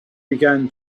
began